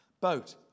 boat